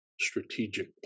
strategic